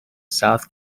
south